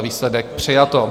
Výsledek přijato.